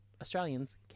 Australians